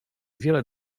wiele